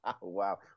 wow